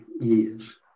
years